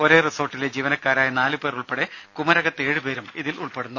ഒരേ റിസോർട്ടിലെ ജീവനക്കാരായ നാലു പേർ ഉൾപ്പെടെ കുമരകത്തെ ഏഴു പേരും ഇതിൽപെടുന്നു